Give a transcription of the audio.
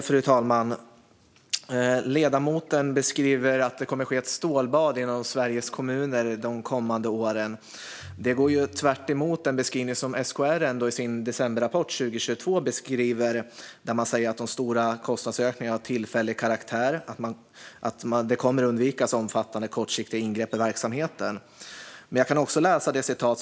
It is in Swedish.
Fru talman! Ledamoten beskriver att det kommer att ske ett stålbad inom Sveriges kommuner de kommande åren, tvärtemot vad SKR beskriver i sin decemberrapport 2022. Där säger man att de stora kostnadsökningarna är av tillfällig karaktär och att omfattande kortsiktiga ingrepp i verksamheten kommer att kunna undvikas.